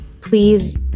please